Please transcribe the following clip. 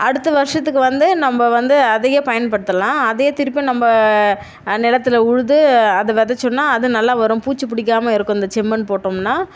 அடுத்த வருஷத்துக்கு வந்து நம்ம வந்து அதையே பயன்படுத்தலாம் அதையே திருப்பி நம்ம நிலத்துல உழுது அது வெதைச்சோம்னா அது நல்லா வரும் பூச்சி பிடிக்காம இருக்கும் இந்த செம்மண் போட்டோம்னால்